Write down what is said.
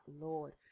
Lord